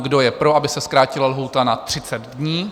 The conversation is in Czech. Kdo je pro, aby se zkrátila lhůta na 30 dní?